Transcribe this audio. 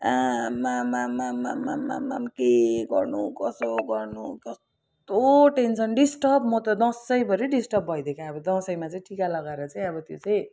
आमामामामामामामाम के गर्नु कसो गर्नु कस्तो टेन्सन डिस्टर्ब म त दसैँभरि डिस्टर्ब भइदिएको अब दसैँमा चाहिँ टिका लगाएर चाहिँ अब त्यो चाहिँ